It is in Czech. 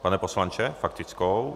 Pane poslanče, s faktickou.